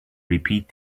repeat